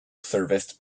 serviced